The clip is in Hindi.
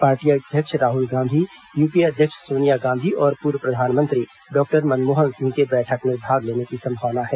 पार्टी अध्यक्ष राहुल गांधी यूपीए अध्यक्ष सोनिया गांधी और पूर्व प्रधानमंत्री डॉक्टर मनमोहन सिंह के बैठक में भाग लेने की संभावना है